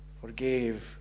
forgave